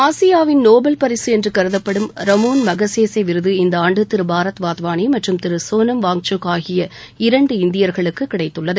ஆசியாவின் நோபல் பரிசு என்று கருதப்படும் ரமோன் மகசேசே விருது இந்த ஆண்டு திரு பாரத் வாத்வாணி மற்றும் திரு சோனம் வாங்கக் ஆகிய இரண்டு இந்தியர்களுக்கு கிடைத்துள்ளது